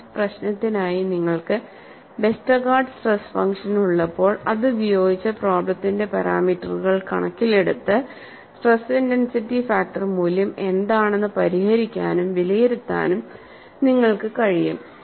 ഈ പ്രശ്നത്തിനായി നിങ്ങൾക്ക് വെസ്റ്റർഗാർഡ് സ്ട്രെസ് ഫംഗ്ഷൻ ഉള്ളപ്പോൾഅതുപയോഗിച്ച് പ്രോബ്ലെത്തിന്റെ പാരാമീറ്ററുകൾ കണക്കിലെടുത്ത് സ്ട്രെസ് ഇന്റെൻസിറ്റി ഫാക്ടർ മൂല്യം എന്താണെന്ന് പരിഹരിക്കാനും വിലയിരുത്താനും നിങ്ങൾക്ക് കഴിയും